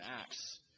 Acts